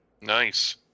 Nice